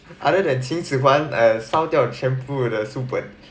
other than 秦始皇 err 烧掉全部的书本